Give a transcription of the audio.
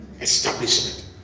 establishment